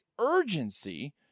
urgency